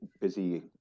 busy